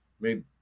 made